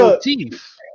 teeth